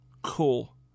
Cool